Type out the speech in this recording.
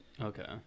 Okay